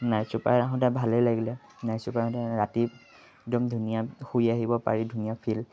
night চুপাৰত আহোঁতে ভালেই লাগিলে নাইট চুপাৰত মানে ৰাতি একদম ধুনীয়া শুই আহিব পাৰি ধুনীয়া ফিল